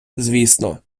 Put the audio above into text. звісно